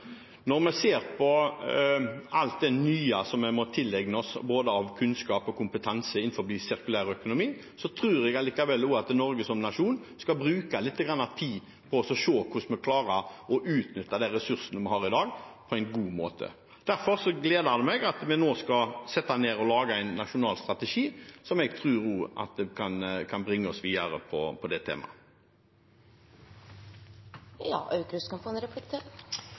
Når vi ser på alt det nye vi må tilegne oss av både kunnskap og kompetanse innenfor sirkulær økonomi, tror jeg at Norge som nasjon skal bruke litt tid til å se på hvordan vi kan klare å utnytte de ressursene vi har i dag, på en god måte. Derfor gleder det meg at vi nå skal sette oss ned og lage en nasjonal strategi, som jeg tror kan bringe oss videre på dette temaet. Jeg synes det